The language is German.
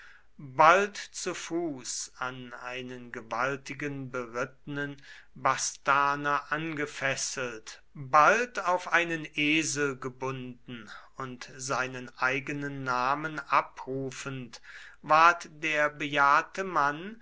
bald zu fuß an einen gewaltigen berittenen bastarner angefesselt bald auf einen esel gebunden und seinen eigenen namen abrufend ward der bejahrte mann